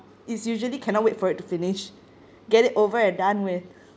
it's usually cannot wait for it to finish get it over and done with